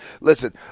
Listen